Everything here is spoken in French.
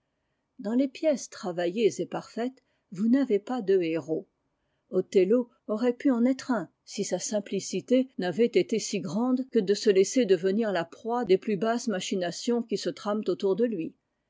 danslespiècestravailléesetpar faites vous n'avez pas dehéros othello aurait puen être un si sa simplicité n'avait été si grande que de se laisser devenir la proie des plus basses machinations qui se trament autour de lui